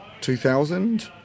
2000